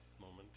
moment